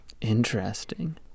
Interesting